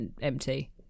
empty